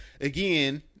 again